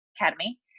academy